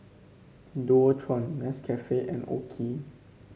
Dualtron Nescafe and OKI